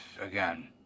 again